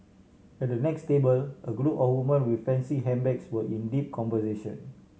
at the next table a group of woman with fancy handbags were in deep conversation